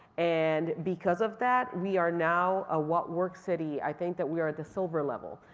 and because of that, we are now a what works city. i think that we are the silver level,